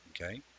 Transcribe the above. Okay